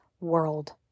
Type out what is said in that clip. world